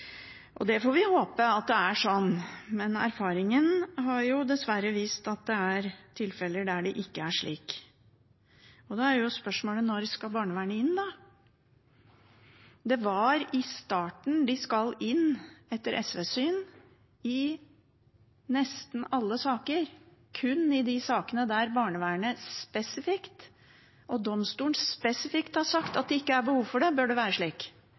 Og det får vi håpe, men erfaringen har dessverre vist at det er tilfeller der det ikke er slik. Da er spørsmålet: Når skal barnevernet inn? Det er i starten de skal inn, etter SVs syn, i nesten alle saker. Kun i de sakene der barnevernet spesifikt og domstolen spesifikt har sagt at det ikke er behov for det, bør det være slik.